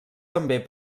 també